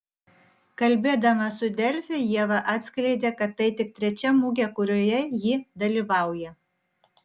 kalbėdama su delfi ieva atskleidė kad tai tik trečia mugė kurioje ji dalyvauja